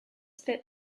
fit